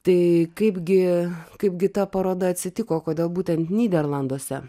tai kaipgi kaipgi ta paroda atsitiko kodėl būtent nyderlanduose